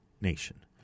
nation